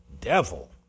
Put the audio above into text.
devil